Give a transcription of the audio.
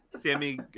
Sammy